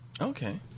Okay